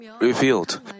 revealed